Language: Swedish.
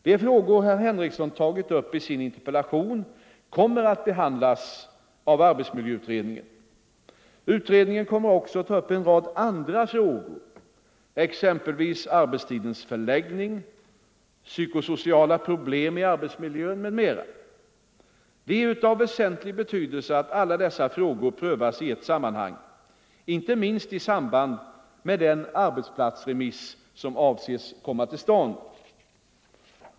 De frågor herr Henrikson tagit upp i sin interpellation kommer att behandlas av arbetsmiljöutredningen. Utredningen kommer också att ta upp en rad andra frågor, exempelvis arbetstidens förläggning, psykosociala problem i arbetsmiljön m.m. Det är av väsentlig betydelse att alla dessa frågor prövas i ett sammanhang, inte minst i samband med den arbets platsremiss som avses komma till stånd.